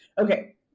Okay